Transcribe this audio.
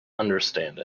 understand